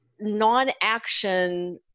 non-action